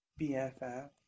BFF